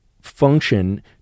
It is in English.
function